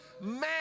man